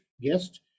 guest